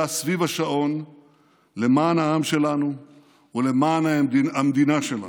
סביב השעון למען העם שלנו ולמען המדינה שלנו.